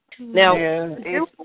Now